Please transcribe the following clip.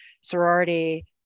sorority